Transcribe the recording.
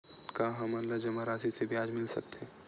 का हमन ला जमा राशि से ब्याज मिल सकथे?